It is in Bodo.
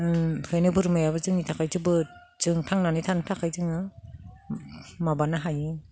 ओंखायनो बोरमायाबो जोंनि थाखाय जोबोद जों थांनानै थानो थाखाय जोङो माबानो हायो